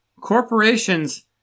Corporations